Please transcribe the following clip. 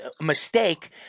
mistake